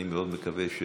אני מאוד מקווה,